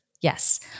Yes